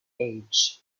page